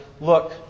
Look